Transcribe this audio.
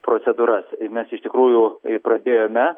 procedūras mes iš tikrųjų pradėjome